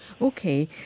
Okay